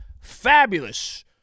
fabulous